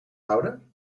houden